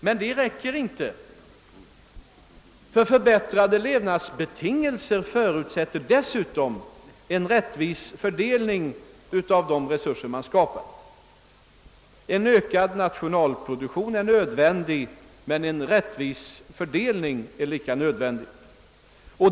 Men det räcker inte, ty förbättrade levnadsbetingelser förutsätter dessutom en rättvis fördelning av de resurser man skapar. En ökad nationalproduktion är nödvändig, men en rättvis fördelning är lika nödvändig.